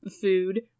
food